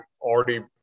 already